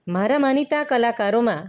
મારા માનીતા કલાકારોમાં